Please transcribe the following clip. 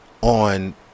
on